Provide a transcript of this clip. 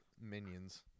minions